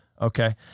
Okay